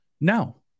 No